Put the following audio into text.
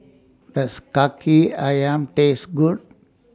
Does Kaki Ayam Taste Good